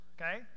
okay